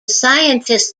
scientists